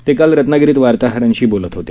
ते काल रत्नागिरीत वार्ताहरांशी बोलत होते